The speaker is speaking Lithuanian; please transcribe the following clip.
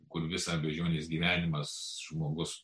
kur visą beždžionės gyvenimą žmogus